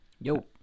yo